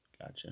Gotcha